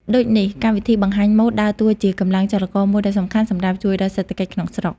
ដូចនេះ កម្មវិធីបង្ហាញម៉ូដដើរតួជាកម្លាំងចលករមួយដ៏សំខាន់សម្រាប់ជួយដល់សេដ្ឋកិច្ចក្នុងស្រុក។